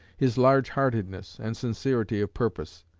his large-heartedness and sincerity of purpose.